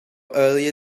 earlier